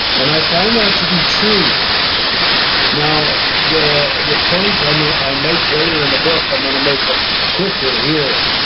and i find that to be true now, the the point ah i make later in the book, i'm going to make it quicker here,